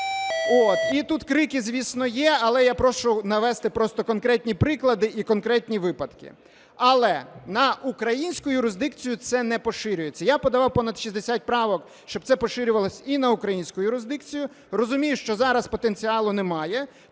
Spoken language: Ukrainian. І тут крики, звісно, є, але я прошу навести просто конкретні приклади і конкретні випадки. Але на українську юрисдикцію це не поширюється. Я подавав понад 60 правок, щоб це поширювалося і на українську юрисдикцію, розумію, що зараз потенціалу немає.